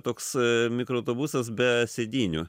toks mikroautobusas be sėdynių